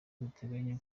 duteganya